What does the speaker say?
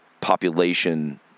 population